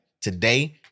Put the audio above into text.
today